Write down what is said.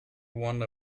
wonder